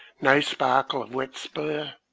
no sparkle of wet spar,